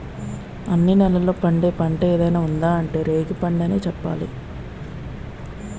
అన్ని నేలల్లో పండే పంట ఏదైనా ఉందా అంటే రేగిపండనే చెప్పాలి